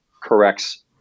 corrects